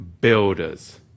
builders